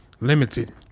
limited